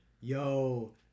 yo